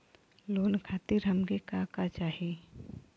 Loan खातीर हमके का का चाही?